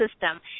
system